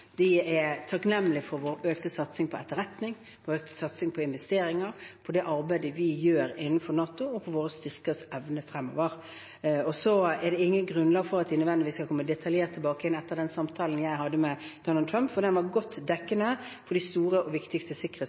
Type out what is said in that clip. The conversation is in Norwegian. De er takknemlige for vår økte satsing på etterretning, for vår økte satsing på investeringer, for det arbeidet vi gjør innenfor NATO, og for våre styrkers evne fremover. Det er ikke grunnlag for at de nødvendigvis skal komme detaljert tilbake etter samtalen jeg hadde med Donald Trump, for den var godt dekkende når det gjelder de store og viktigste